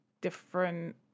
different